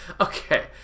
Okay